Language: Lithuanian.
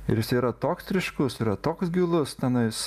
ir jisai yra toks ryškus yra toks gilus tenais